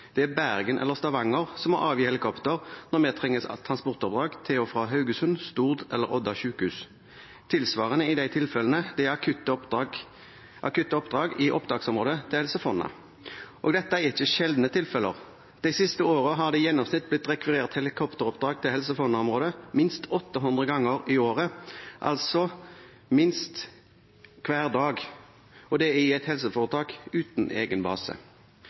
Det er Bergen eller Stavanger som må avgi helikopter når vi trenger transportoppdrag til og fra Haugesund, Stord eller Odda sjukehus, og tilsvarende i de tilfellene det er akutte oppdrag i opptaksområdet til Helse Fonna. Og dette er ikke sjeldne tilfeller. De siste årene har det i gjennomsnitt blitt rekvirert helikopteroppdrag til Helse Fonna-området minst 800 ganger i året – altså hver dag, minst – og det i et helseforetak uten egen base.